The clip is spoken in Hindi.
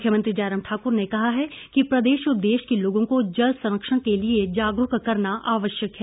मुख्यमंत्री जयराम ठाकुर ने कहा है कि प्रदेश और देश के लोगों को जल संरक्षण के लिये जागरूक करना आवश्यक है